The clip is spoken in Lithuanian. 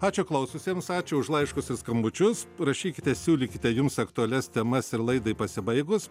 ačiū klausiusiems ačiū už laiškus ir skambučius rašykite siūlykite jums aktualias temas ir laidai pasibaigus